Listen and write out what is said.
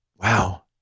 Wow